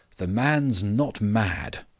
the man's not mad.